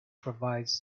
provides